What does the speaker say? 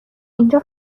اینجا